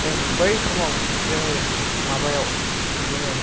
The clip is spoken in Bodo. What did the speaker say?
जों बै समाव जोंनि माबायाव बिदिनो